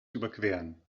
überqueren